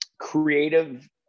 creative